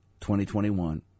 2021